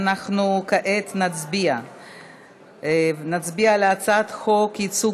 אנחנו כעת נצביע על הצעת חוק ייצוג